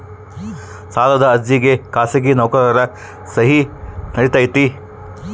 ಸಾಲದ ಅರ್ಜಿಗೆ ಖಾಸಗಿ ನೌಕರರ ಸಹಿ ನಡಿತೈತಿ?